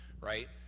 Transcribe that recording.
right